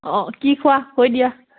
অঁ কি খোৱা কৈ দিয়া